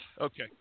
Okay